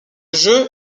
jeux